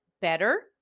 better